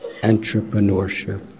entrepreneurship